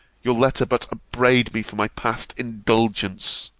your letter but upbraid me for my past indulgence.